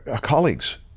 colleagues